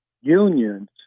unions